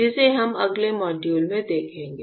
जिसे हम अगले मॉड्यूल में देखेंगे